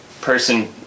person